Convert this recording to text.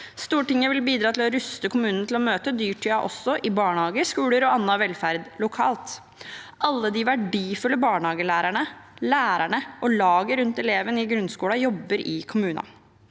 Stor tinget vil bidra til å ruste kommunene til å møte dyrtida også i barnehager, skoler og annen velferd lokalt. Alle de verdifulle barnehagelærerne, lærerne og laget rundt elevene i grunnskolen jobber i kommunen.